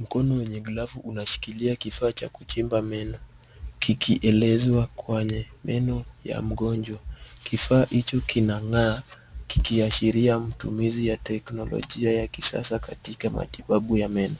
Mkono wenye glavu unashikilia kifaa cha kuchimba meno kikielekezwa kwenye meno ya mgonjwa. Kifaa hicho kinang'aa ikiashiria matumizi ya teknolojia ya kisasa katika matibabu ya meno.